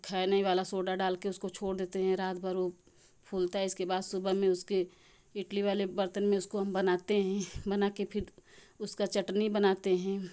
खैने वाला सोडा डालके उसको छोड़ देते हैं रातभर उ फूलता है इसके बाद सुबह में उसके इडली वाले बर्तन में उसको हम बनाते हैं बनाके फिर उसका चटनी बनाते हैं